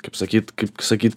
kaip sakyt kaip sakyt